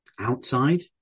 Outside